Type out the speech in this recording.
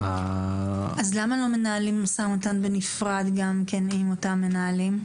אז למה לא מנהלים משא ומתן בנפרד עם אותם מנהלים?